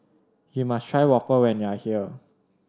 you must try waffle when you are here